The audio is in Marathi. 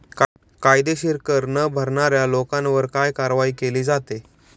कायदेशीर कर न भरणाऱ्या लोकांवर काय कारवाई केली जाते?